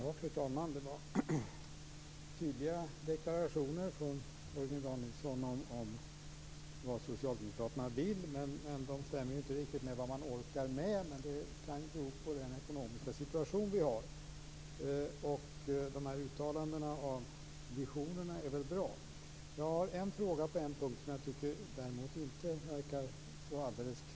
Fru talman! Det var tydliga deklarationer från Torgny Danielsson om vad Socialdemokraterna vill, men de stämmer inte riktigt med vad man orkar med - och det kan bero på den ekonomiska situationen. Uttalandena om visionerna är väl bra. Jag har en fråga på en punkt som jag däremot inte tycker verkar så alldeles klar.